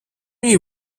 мій